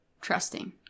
trusting